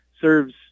serves